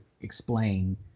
explain